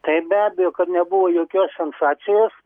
tai be abejo kad nebuvo jokios sensacijos